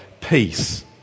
Peace